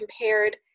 compared